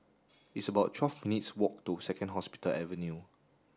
it's about twelve minutes' walk to Second Hospital Avenue